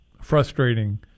frustrating